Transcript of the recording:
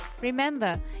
Remember